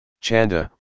Chanda